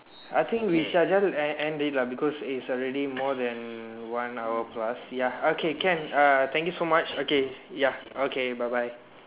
I think we shall just end end it lah because it's already more then one hour plus ya okay can uh thank you so much okay ya okay bye bye